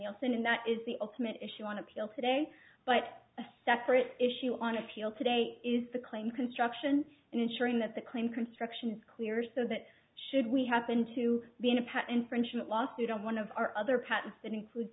and that is the ultimate issue on appeal today but a separate issue on appeal today is the claim construction and ensuring that the claim construction is clear so that should we happen to be in a pet infringement lawsuit on one of our other patents that includes